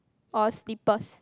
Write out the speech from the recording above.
or slippers